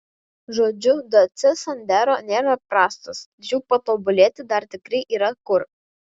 žodžiu dacia sandero nėra prastas tačiau patobulėti dar tikrai yra kur